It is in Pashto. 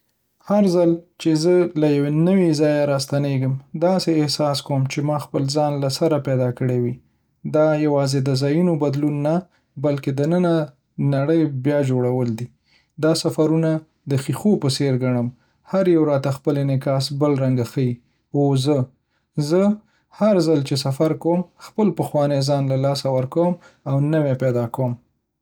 هر ځل چې زه له یوه نوي ځایه راستنېږم، داسې احساس کوم چې ما خپل ځان له سره پیدا کړی وي. دا یواځې د ځایونو بدلون نه، بلکې د دننه نړۍ بیا جوړول دي. دا سفرونه د ښیښو په څېر ګڼم، هر یو راته خپل انعکاس بل رنګه ښيي. او زه؟ زه هر ځل چې سفر کوم، خپل پخوانی ځان له لاسه ورکوم او نوی مې پیدا کوي.